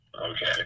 Okay